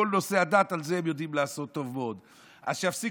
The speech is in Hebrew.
מה שקרוי אצלנו.